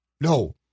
No